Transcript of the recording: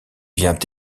vient